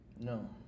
No